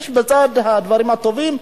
זה בצד הדברים הטובים.